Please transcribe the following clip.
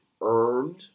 earned